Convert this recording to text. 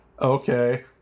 Okay